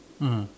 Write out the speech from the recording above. ah